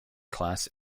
class